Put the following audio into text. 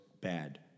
bad